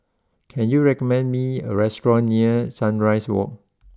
can you recommend me a restaurant near Sunrise walk